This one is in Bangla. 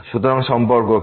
সুতরাং সম্পর্ক কি